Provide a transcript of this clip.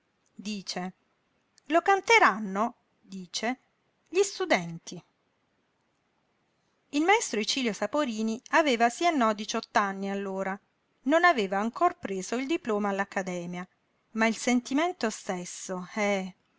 dice lo canteranno dice gli studenti il maestro icilio saporini aveva sí e no diciott'anni allora non aveva ancor preso il diploma all'accademia ma il sentimento stesso eh